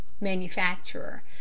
Manufacturer